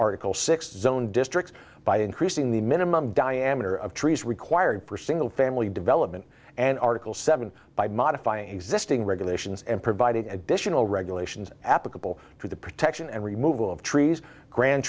article six zone districts by increasing the minimum diameter of trees required for single family development and article seven by modify existing regulations and providing additional regulations applicable for the protection and removal of trees gran